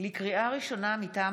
לקריאה ראשונה, מטעם